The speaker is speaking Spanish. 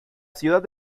ciudad